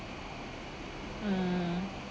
mm